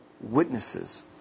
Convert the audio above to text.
witnesses